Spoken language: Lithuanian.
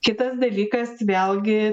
kitas dalykas vėlgi